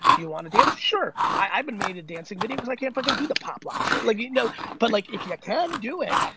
do you wanna dance, sure. i haven't made a dancing video cause i can't fucking do the pop-lock shit, like you know but like if you can, do it.